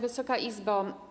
Wysoka Izbo!